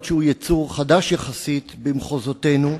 אף-על-פי שהוא יצור חדש יחסית במחוזותינו,